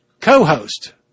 co-host